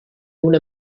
una